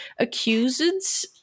Accuseds